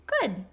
good